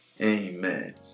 Amen